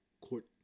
court